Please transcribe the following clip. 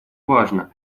важно